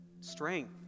strength